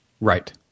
right